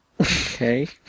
okay